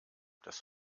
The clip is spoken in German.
das